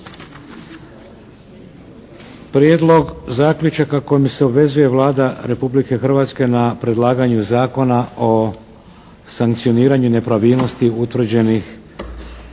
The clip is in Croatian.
Prijedlog zaključaka kojim se obvezuje Vlada RH na predlaganje Zakona o sankcioniranju nepravilnosti utvrđenih